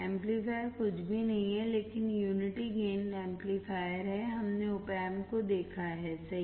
amplifier कुछ भी नहीं है लेकिन यूनिटी गेन एंपलीफायर है हमने op amp को देखा हैसही